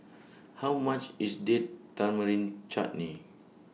How much IS Date Tamarind Chutney